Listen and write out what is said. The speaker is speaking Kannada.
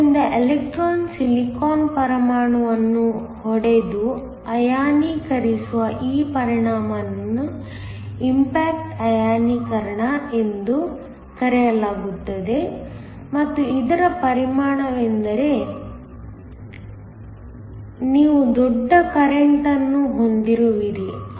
ಆದ್ದರಿಂದ ಎಲೆಕ್ಟ್ರಾನ್ ಸಿಲಿಕಾನ್ ಪರಮಾಣುವನ್ನು ಹೊಡೆದು ಅಯಾನೀಕರಿಸುವ ಈ ಪರಿಣಾಮವನ್ನು ಇಂಪ್ಯಾಕ್ಟ್ ಅಯಾನೀಕರಣ ಎಂದು ಕರೆಯಲಾಗುತ್ತದೆ ಮತ್ತು ಇದರ ಪರಿಣಾಮವೆಂದರೆ ನೀವು ದೊಡ್ಡ ಕರೆಂಟ್ ಅನ್ನು ಹೊಂದಿರುವಿರಿ